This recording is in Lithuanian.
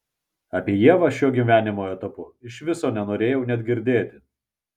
apie ievą šiuo gyvenimo etapu iš viso nenorėjau net girdėti